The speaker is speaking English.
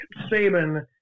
Saban –